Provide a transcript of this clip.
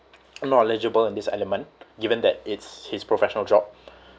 more eligible in this element given that it's his professional job